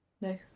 no